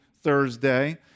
Thursday